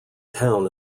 town